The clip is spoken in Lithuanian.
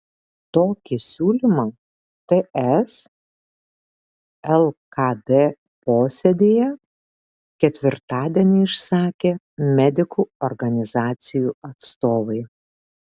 tokį siūlymą ts lkd posėdyje ketvirtadienį išsakė medikų organizacijų atstovai